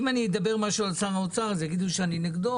אם אני אדבר על שר האוצר יגידו שאני נגדו